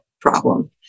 problem